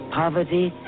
poverty